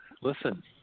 listen